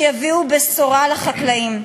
ויביאו בשורה לחקלאים,